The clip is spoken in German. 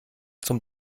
zum